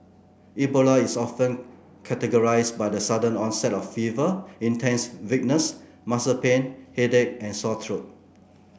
Ebola is often characterised by the sudden onset of fever intense weakness muscle pain headache and sore throat